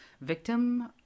victim